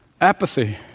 apathy